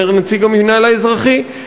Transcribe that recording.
אומר נציג המינהל האזרחי,